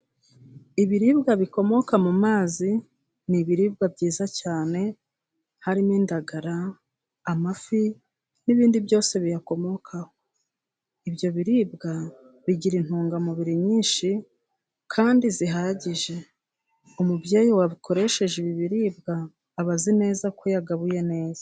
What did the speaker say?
Ibiribwa bikomoka mu mazi， ni ibiribwa byiza cyane，harimo indagara， amafi，n'ibindi byose biyakomokaho. Ibyo biribwa bigira intungamubiri nyinshi， kandi zihagije. Umubyeyi wakoresheje ibi biribwa， aba azi neza ko yagabuye neza.